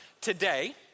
today